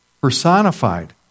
personified